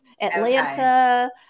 Atlanta